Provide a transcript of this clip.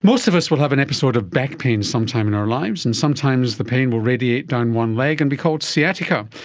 most of us will have an episode of back pain at some time in our lives, and sometimes the pain will radiate down one leg and be called sciatica,